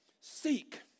seek